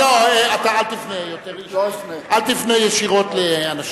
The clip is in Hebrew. אל תפנה ישירות לאנשים.